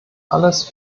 alles